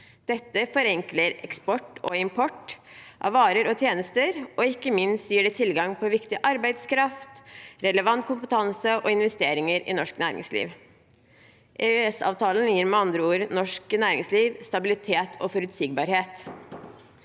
Dette forenkler eksport og import av varer og tjenester, og ikke minst gir det tilgang på viktig arbeidskraft, relevant kompetanse og investeringer i norsk næringsliv. EØS-avtalen gir med andre ord norsk næringsliv stabilitet og forutsigbarhet.